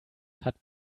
hat